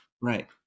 right